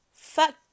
Fuck